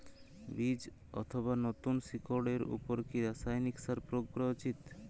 বীজ অথবা নতুন শিকড় এর উপর কি রাসায়ানিক সার প্রয়োগ করা উচিৎ?